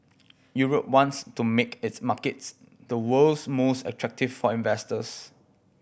Europe wants to make its markets the world's most attractive for investors